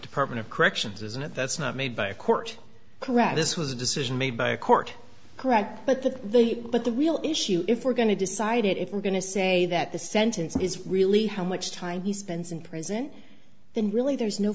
department of corrections isn't it that's not made by a court correct this was a decision made by a court correct but that the but the real issue if we're going to decide if we're going to say that the sentence is really how much time he spends in prison then really there's no